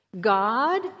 God